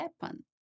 happen